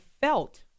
felt